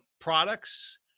products